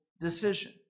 decision